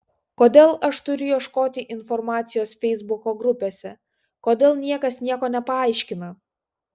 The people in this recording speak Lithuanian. kodėl aš turiu ieškoti informacijos feisbuko grupėse kodėl niekas nieko nepaaiškina